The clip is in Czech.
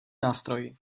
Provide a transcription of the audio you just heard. nástroj